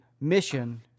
mission